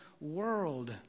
world